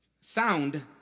sound